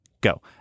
go